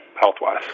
health-wise